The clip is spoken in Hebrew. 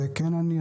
זה כן אני,